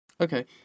Okay